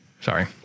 sorry